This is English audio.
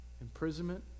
imprisonment